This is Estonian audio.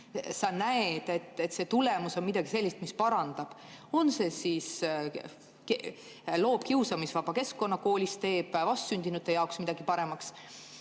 sa näed, et see tulemus on midagi sellist, mis parandab – loob koolis kiusamisvaba keskkonna, teeb vastsündinute jaoks midagi paremaks